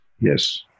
Yes